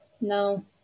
No